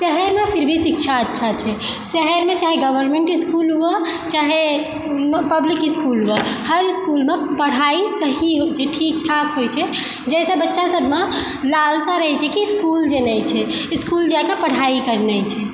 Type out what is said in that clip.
शहरमे फिर भी शिक्षा अच्छा छै शहरमे चाहे गवर्नमेन्ट इसकुल हुअऽ चाहेय पब्लिक इसकुल हुअऽ हर इसकुलमे पढ़ाइ सही होइ छै ठीक ठाक होइ छै जइ सँ बच्चा सभमे लालसा रहय छै कि इसकुल जेनाइ छै इसकुल जाकऽ पढ़ाइ करनाइ छै